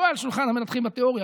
לא על שולחן המנתחים בתיאוריה,